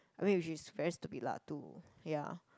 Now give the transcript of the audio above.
I mean which is very stupid lah to ya